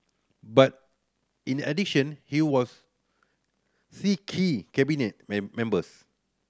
but in addition he was see key Cabinet members